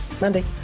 Mandy